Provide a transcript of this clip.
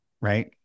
Right